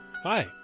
Hi